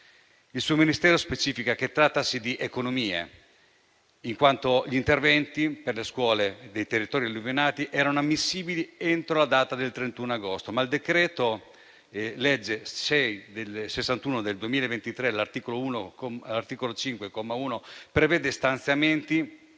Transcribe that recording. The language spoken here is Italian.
Il suo Ministero specifica che trattasi di economie, in quanto gli interventi per le scuole dei territori alluvionati erano ammissibili entro la data del 31 agosto. Ma il decreto-legge n. 61 del 2023, all'articolo 5, comma 1, prevede l'istituzione